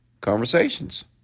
conversations